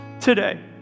today